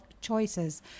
choices